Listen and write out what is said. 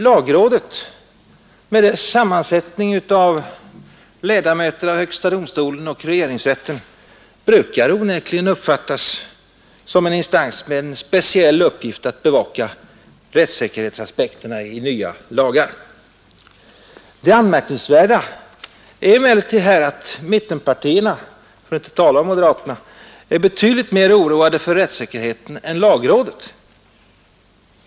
Lagrådet, som är sammansatt av ledamöter av högsta domstolen och regeringsrätten, brukar onekligen uppfattas som en instans med speciell uppgift att bevaka rättssäkerhetsaspekterna i nya lagar. Det anmärkningsvärda är emellertid att mittenpartierna — för att inte tala om moderaterna — är betydligt mer oroade för rättssäkerheten än vad lagrådet är.